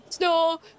no